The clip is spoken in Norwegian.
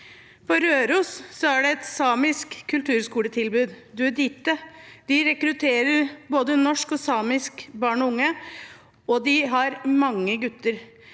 På Røros er det et samisk kulturskoletilbud, Duedtie. De rekrutterer både norske og samiske barn og unge, og de har mange gutter.